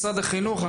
משרד החינוך,